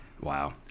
wow